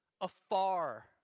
Afar